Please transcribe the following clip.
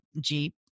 jeep